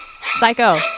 Psycho